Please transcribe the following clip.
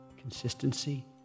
Consistency